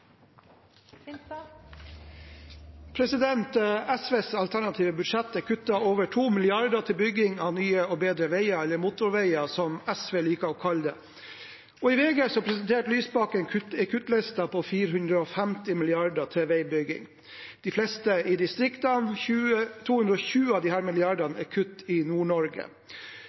SVs alternative budsjett kutter over 2 mrd. kr til bygging av nye og bedre veier, eller motorveier, som SV liker å kalle det. I VG presenterte Lysbakken en kuttliste på 450 mrd. kr til veibygging – de fleste i distriktene. Av disse er 220 mrd. kr kutt i